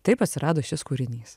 taip atsirado šis kūrinys